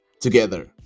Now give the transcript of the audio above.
together